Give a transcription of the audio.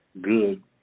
good